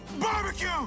Barbecue